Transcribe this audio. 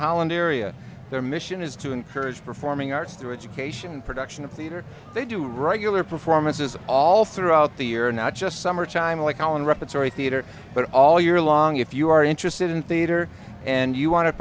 holland area their mission is to encourage performing arts through education and production of theater they do right you are performances all throughout the year not just summer time like on repertory theatre but all year long if you are interested in theater and you want to